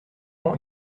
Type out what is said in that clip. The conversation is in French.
ans